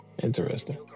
Interesting